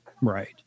Right